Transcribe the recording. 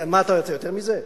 מה אתה רוצה, יותר מזה?